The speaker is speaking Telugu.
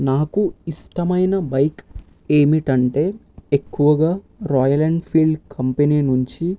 నాకు ఇష్టమైన బైక్ ఏమిటంటే ఎక్కువగా రాయల్ ఎన్ఫీల్డ్ కంపెనీ నుంచి